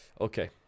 Okay